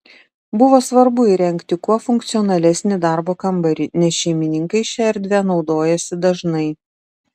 buvo svarbu įrengti kuo funkcionalesnį darbo kambarį nes šeimininkai šia erdve naudojasi dažnai